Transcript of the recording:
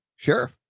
Sure